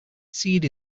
seed